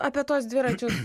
apie tuos dviračius